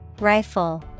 Rifle